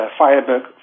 firebug